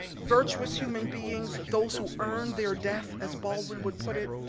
virtuous human beings, those who earn their death, as baldwin would put it,